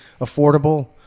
affordable